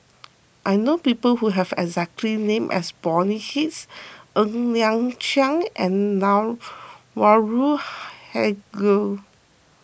I know people who have exact name as Bonny Hicks Ng Liang Chiang and Anwarul